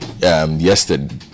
yesterday